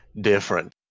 different